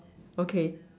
okay